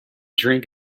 drink